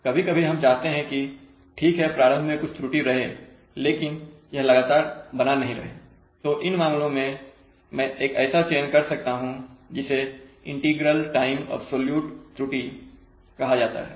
कभी कभी हम चाहते हैं कि ठीक है प्रारंभ में कुछ त्रुटि रहे लेकिन यह लगातार बना नहीं रहे तो इन मामलों में मैं एक ऐसा चयन कर सकता हूं जिसे इंटीग्रल टाइम अबसॉल्यूट त्रुटि integral time absolute error ITAE कहा जाता है